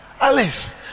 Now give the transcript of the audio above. Alice